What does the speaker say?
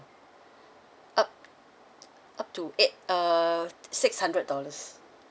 up up to eight uh six hundred dollars